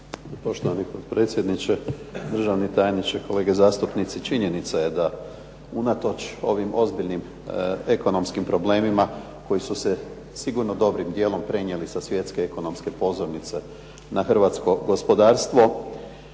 Poštovani potpredsjedniče, državni tajniče, kolege zastupnici. Činjenica je da unatoč ovim ozbiljnim ekonomskim problemima koji su se sigurno dobrim dijelom prenijeli sa svjetske ekonomske pozornice na hrvatsko gospodarstvo